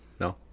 No